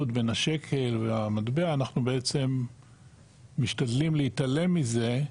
בין השקל למטבע אנחנו בעצם משתדלים להתעלם מזה,